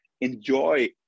enjoy